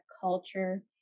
culture